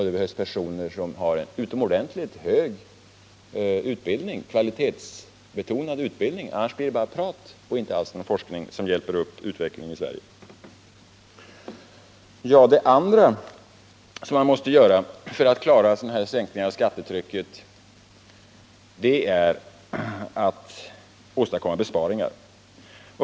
Det behövs personer som har en utomordentligt hög, kvalitetsbetonad utbildning. Annars blir det bara prat och inte alls någon forskning som hjälper upp utvecklingen i Sverige. Det andra man måste göra för att klara en sänkning av skattetrycket är att åstadkomma besparingar.